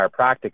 chiropractic